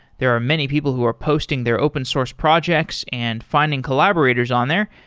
there are many people who are posting their open source projects and finding collaborators on there.